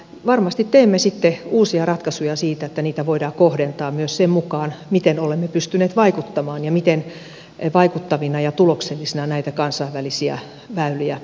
varmasti teemme sitten uusia ratkaisuja siitä että niitä voidaan kohdentaa myös sen mukaan miten olemme pystyneet vaikuttamaan ja miten vaikuttavina ja tuloksellisina näitä kansainvälisiä väyliä pidämme